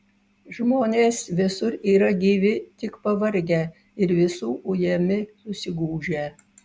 žmonės visur yra gyvi tik pavargę ir visų ujami susigūžę